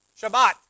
Shabbat